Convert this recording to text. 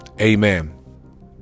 Amen